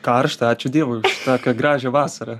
karšta ačiū dievui už tokią gražią vasarą